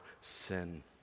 sin